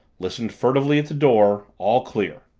listened furtively at the door all clear!